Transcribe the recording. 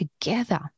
together